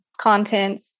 content